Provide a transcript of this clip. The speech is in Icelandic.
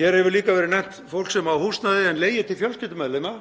Hér hefur líka verið nefnt fólk sem á húsnæði en leigir til fjölskyldumeðlima.